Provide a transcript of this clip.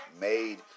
made